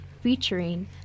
featuring